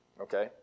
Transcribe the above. Okay